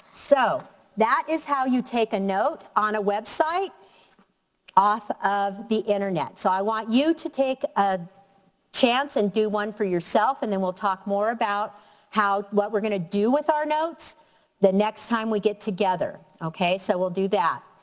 so that is how you take a note on a website off of the internet. so i want you to take a chance and do one for yourself and then we'll talk more about what we're gonna do with our notes the next time we get together. okay, so we'll so that.